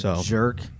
Jerk